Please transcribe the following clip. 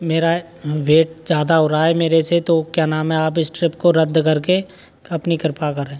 मेरा वेट ज़्यादा हो रहा है मेरे से तो क्या नाम है आप इस ट्रिप को रद्द करके अपनी कृपा करें